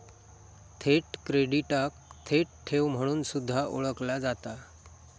थेट क्रेडिटाक थेट ठेव म्हणून सुद्धा ओळखला जाता